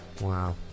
Wow